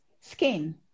skin